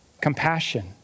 Compassion